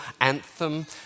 anthem